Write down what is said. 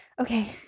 Okay